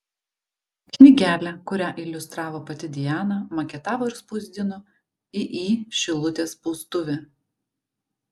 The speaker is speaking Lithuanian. knygelę kurią iliustravo pati diana maketavo ir spausdino iį šilutės spaustuvė